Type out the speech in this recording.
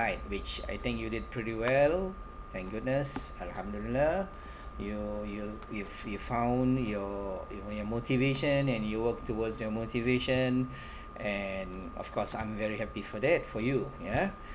side which I think you did pretty well thank goodness alhamdulillah you you you've you've found your uh your motivation and you work towards your motivation and of course I'm very happy for that for you ya